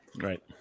Right